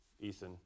Ethan